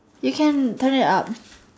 we can call it up